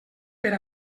per